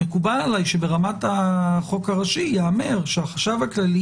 מקובל עליי שברמת החוק הראשי ייאמר שהחשב הכללי